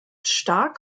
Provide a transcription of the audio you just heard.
stark